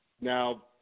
now